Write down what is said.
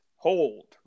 Hold